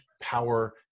power